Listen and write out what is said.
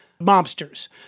mobsters